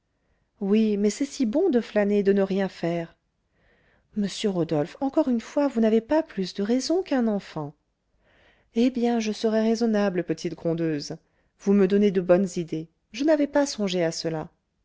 oui mais c'est si bon de flâner de ne rien faire monsieur rodolphe encore une fois vous n'avez pas plus de raison qu'un enfant eh bien je serai raisonnable petite grondeuse vous me donnez de bonnes idées je n'avais pas songé à cela